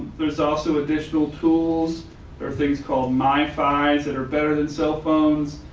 there's also additional tools or things called my files that are better than cell phones,